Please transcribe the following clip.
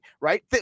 right